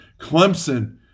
Clemson